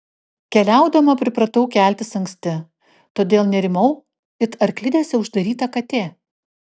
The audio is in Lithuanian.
keliaudama pripratau keltis anksti todėl nerimau it arklidėse uždaryta katė